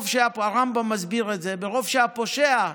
הרמב"ם מסביר את זה, ומרוב שהפושע,